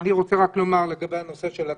אני רק רוצה לומר לגבי הנושא של התרבות,